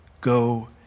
Go